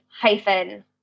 hyphen